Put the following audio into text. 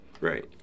Right